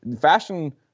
fashion